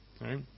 right